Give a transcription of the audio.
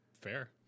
Fair